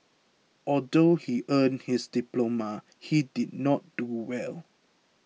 although he earned his diploma he did not do well